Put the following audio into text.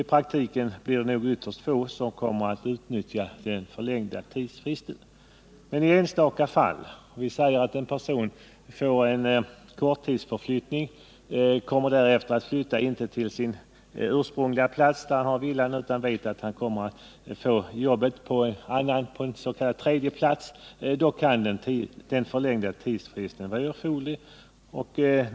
I praktiken blir det nog ytterst få som kommer att utnyttja den förlängda tidsfristen. I enstaka fall — låt oss t.ex. anta att en person får korttidsförflyttning och därefter inte flyttar tillbaka till sin ursprungliga hemort, där han har villan, utan får arbete på en tredje ort — kan den förlängda tidsfristen vara erforderlig.